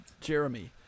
Jeremy